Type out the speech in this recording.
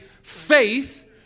faith